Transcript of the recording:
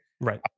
Right